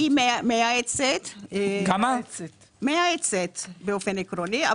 היא מייעצת באופן עקרוני.